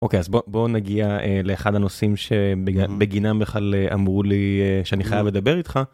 אוקיי, אז בוא נגיע לאחד הנושאים שבגינם בכלל אמרו לי שאני חייב לדבר איתך.